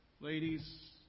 ladies